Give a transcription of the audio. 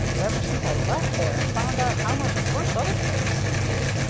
ever since i left there and found out how much worse other places could be.